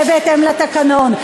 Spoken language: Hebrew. זה בהתאם לתקנון.